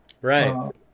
Right